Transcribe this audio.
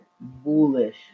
bullish